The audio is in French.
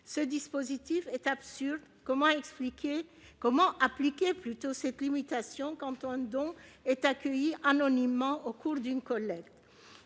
Ce dispositif est absurde : comment appliquer cette limitation quand un don est accueilli anonymement au cours d'une collecte ?